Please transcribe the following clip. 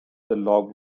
log